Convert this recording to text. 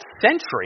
century